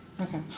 Okay